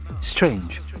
strange